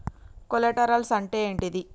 Collaterals అంటే ఏంటిది?